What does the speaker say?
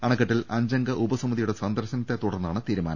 അണക്കെട്ടിൽ അഞ്ചംഗ ഉപസമിതിയുടെ സന്ദർശനത്തെ തുടർന്നാണ് തീരുമാനം